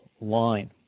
line